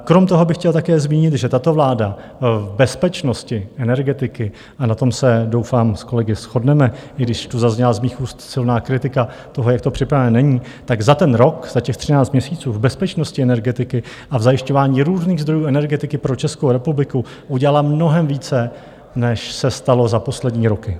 Krom toho bych chtěl také zmínit, že tato vláda v bezpečnosti energetiky a na tom se doufám s kolegy shodneme, i když tu zazněla z mých úst silná kritika toho, jak to připraveno není za ten rok, za těch třináct měsíců v bezpečnosti energetiky a v zajišťování různých zdrojů energetiky pro Českou republiku udělala mnohem více, než se stalo za poslední roky.